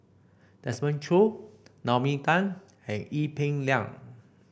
Desmond Choo Naomi Tan and Ee Peng Liang